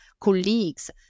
colleagues